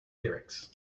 lyrics